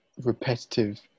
repetitive